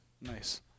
nice